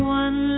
one